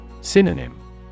Synonym